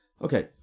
Okay